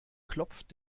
klopft